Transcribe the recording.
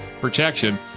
protection